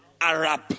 Arab